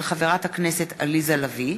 מאת חברת הכנסת עליזה לביא,